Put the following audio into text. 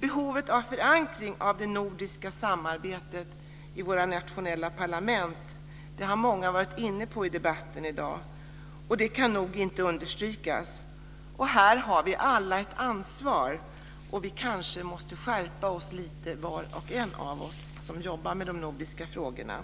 Behovet av förankring av det nordiska samarbetet i våra nationella parlament har många varit inne på i debatten i dag, och det kan inte nog understrykas. Här har vi alla ett ansvar. Kanske måste vi skärpa oss lite, var och en av oss som jobbar med de nordiska frågorna.